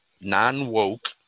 non-woke